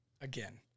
again